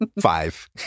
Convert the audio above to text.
Five